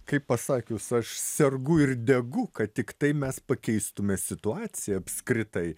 kaip pasakius aš sergu ir degu kad tiktai mes pakeistume situaciją apskritai